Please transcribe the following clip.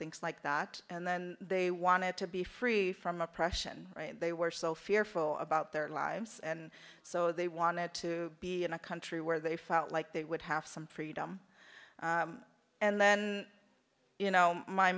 things like that and then they wanted to be free from oppression right they were so fearful about their lives and so they wanted to be in a country where they felt like they would have some freedom and then you know my